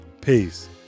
Peace